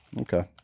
Okay